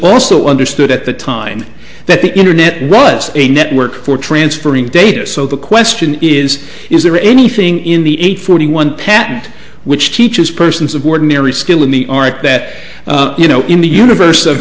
also understood at the time that the internet was a network for transferring data so the question is is there anything in the eight forty one patent which teaches persons of ordinary skill in the art that you know in the univers